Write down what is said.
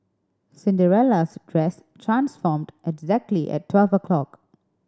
Cinderella's dress transformed exactly at twelve o'clock